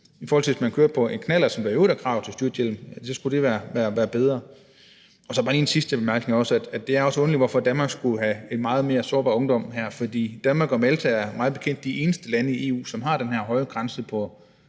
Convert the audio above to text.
som man er, hvis man kører på en knallert, hvor der i øvrigt er krav til styrthjelm. Altså, skulle det være bedre? Så har jeg bare lige en sidste bemærkning også: Det er underligt, hvorfor Danmark skulle have en meget mere sårbar ungdom her. Danmark og Malta er mig bekendt de eneste lande i EU, som har den her høje grænse på